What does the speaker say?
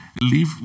Leave